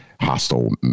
hostile